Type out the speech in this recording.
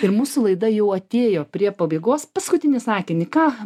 ir mūsų laida jau atėjo prie pabaigos paskutinį sakinį ką